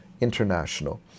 international